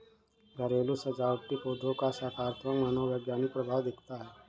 घरेलू सजावटी पौधों का सकारात्मक मनोवैज्ञानिक प्रभाव दिखता है